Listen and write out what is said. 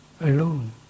alone